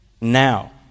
Now